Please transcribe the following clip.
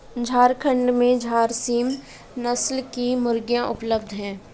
झारखण्ड में झारसीम नस्ल की मुर्गियाँ उपलब्ध है